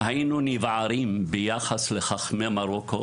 "היינו נבערים ביחס לחכמי מרוקו,